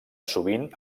sovint